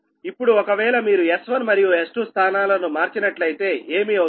ఇప్పుడు ఒకవేళ మీరు S1 మరియు S2 స్థానాలను మార్చినట్లయితే ఏమి అవుతుంది